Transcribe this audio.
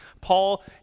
Paul